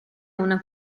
una